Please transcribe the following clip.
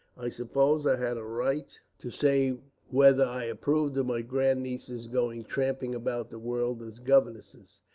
i suppose i had a right to say whether i approved of my grandnieces going tramping about the world as governesses,